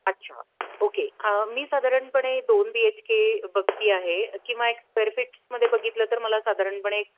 अच्छा ओके मी साधारणपणे दोन बी एच के बघते आहे किंवा एक स्क्वेअर फीट्समध्ये बघितलं तर मला साधारणपणे